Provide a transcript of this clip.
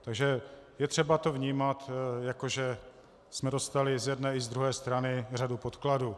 Takže je třeba to vnímat, jako že jsme dostali z jedné i z druhé strany řadu podkladů.